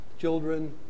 Children